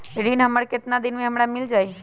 ऋण हमर केतना दिन मे हमरा मील जाई?